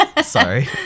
Sorry